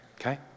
Okay